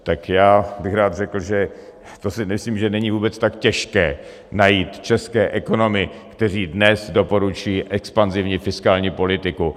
Tak já bych rád řekl, že si myslím, že vůbec není tak těžké najít české ekonomy, kteří dnes doporučují expanzivní fiskální politiku.